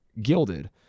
gilded